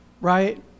right